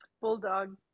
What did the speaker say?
bulldog